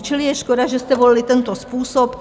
Čili je škoda, že jste volili tento způsob.